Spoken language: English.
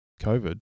COVID